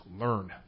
learn